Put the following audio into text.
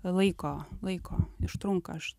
laiko laiko užtrunka aš